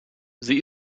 sie